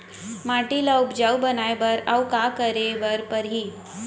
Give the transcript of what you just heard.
माटी ल उपजाऊ बनाए बर अऊ का करे बर परही?